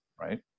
right